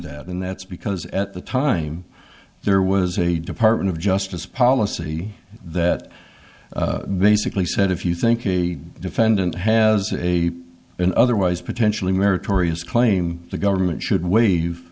and that's because at the time there was a department of justice policy that basically said if you think a defendant has a an otherwise potentially meritorious claim the government should waive